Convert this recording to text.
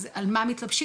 על מה מתלבשים.